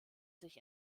sich